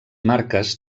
marques